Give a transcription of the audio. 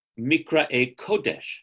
mikra-e-kodesh